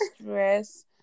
stress